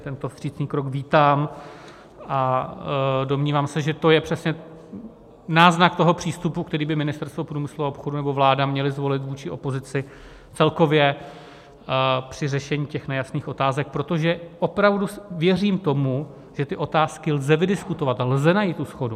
Tento vstřícný krok vítám a domnívám se, že to je přesně náznak toho přístupu, který by Ministerstvo průmyslu a obchodu mělo zvolit vůči opozici celkově při řešení nejasných otázek, protože opravdu věřím tomu, že ty otázky lze vydiskutovat, lze najít shodu.